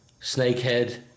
Snakehead